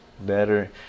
Better